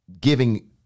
giving